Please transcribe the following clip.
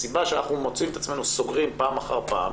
הסיבה שאנחנו מוצאים את עצמנו סוגרים פעם אחר פעם